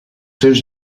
seus